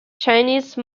chinese